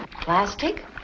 Plastic